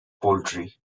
poultry